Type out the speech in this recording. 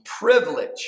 privilege